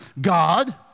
God